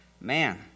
man